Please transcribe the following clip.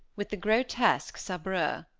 with the grotesque sabreur.